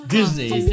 Disney